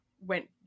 went